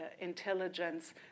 intelligence